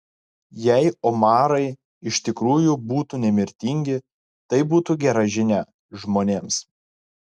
jei omarai iš tikrųjų būtų nemirtingi tai būtų gera žinia žmonėms